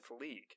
league